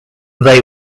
they